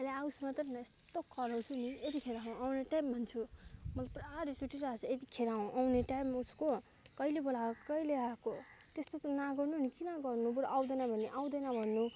अहिले आओस् मत्र न यस्तो कराउँछु नि यतिखेर हो आउने टाइम भन्छु मलाई पुरा रिस उठिरहेछ यतिखेर आ आउने टाइम हो उसको कहिले बोलाएको कहिले आएको त्यस्तो त नगर्नु नि किन गर्नु बरु आउँदैन भने आउँदैन भन्नु